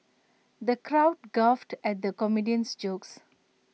the crowd guffawed at the comedian's jokes